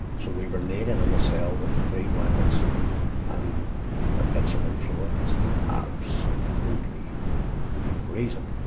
so we were naked in the cell with three blankets and a bitumen floor. it was absolutely freezing.